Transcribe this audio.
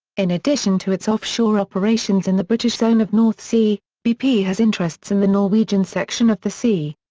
in addition to its offshore operations in the british zone of north sea, bp has interests in the norwegian section of the sea.